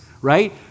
right